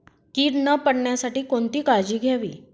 कीड न पडण्यासाठी कोणती काळजी घ्यावी?